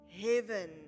heaven